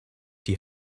die